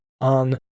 on